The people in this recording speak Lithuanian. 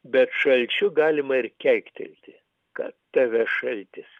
bet šalčiu galima ir keiktelti kad tave šaltis